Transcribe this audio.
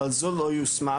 אבל זו לא יושמה,